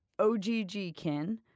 OGGkin